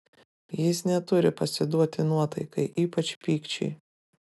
jis neturi pasiduoti nuotaikai ypač pykčiui